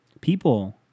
people